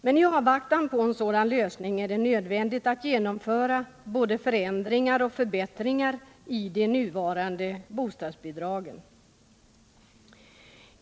Men i avvaktan på en sådan lösning är det nödvändigt att genomföra förändringar och förbättringar av de nuvrande bostadsbidragen.